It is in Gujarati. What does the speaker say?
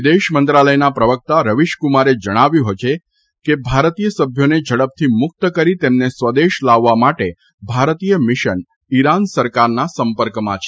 વિદેશમંત્રાલયના પ્રવકતા રવિશકુમારે જણાવ્યું છે કે ભારતીય સભ્યોને ઝડપથી મુક્ત કરી તેમને સ્વદેશ લાવવા માટે ભારતીય મિશન ઇરાન સરકારના સંપર્કમાં છે